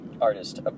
artist